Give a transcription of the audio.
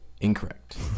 Incorrect